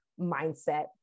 mindset